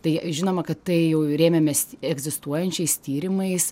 tai žinoma kad tai jau rėmėmės egzistuojančiais tyrimais